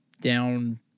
down